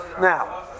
Now